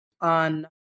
on